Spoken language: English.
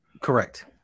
Correct